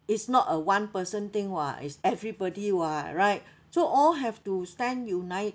it's not a one person thing [what] is everybody [what] right so all have to stand united